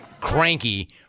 Cranky